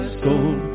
soul